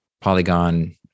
Polygon